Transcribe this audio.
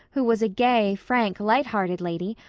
who was a gay, frank, light-hearted lady,